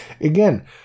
Again